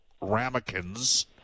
Ramekins